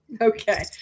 Okay